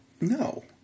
No